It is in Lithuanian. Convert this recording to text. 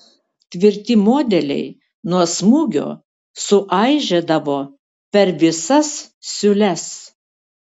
tvirti modeliai nuo smūgio suaižėdavo per visas siūles